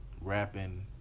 rapping